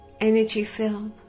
energy-filled